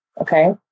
Okay